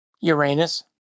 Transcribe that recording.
Uranus